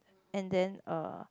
and then uh